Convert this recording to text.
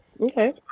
okay